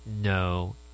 no